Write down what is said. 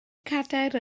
cadair